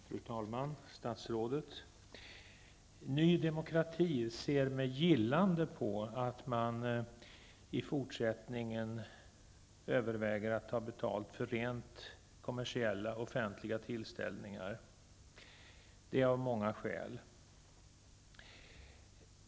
Fru talman! Statsrådet! Ny Demokrati ser av många skäl med gillande på att man i fortsättningen överväger att ta betalt för rent kommersiella offentliga tillställningar.